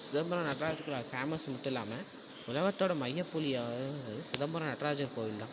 சிதம்பரம் நட்ராஜர் கோயில் ஃபேமஸ் மட்டும் இல்லாமல் உலகத்தோட மையப்புள்ளி வந்து சிதம்பரம் நட்ராஜர் கோயில் தான்